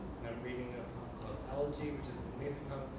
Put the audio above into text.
and i'm reading a poem called elegy, which is an amazing poem.